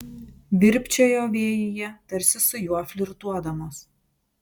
virpčiojo vėjyje tarsi su juo flirtuodamos